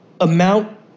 amount